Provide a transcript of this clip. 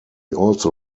also